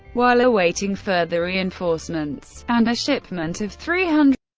while awaiting further reinforcements and a shipment of three hundred